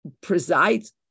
presides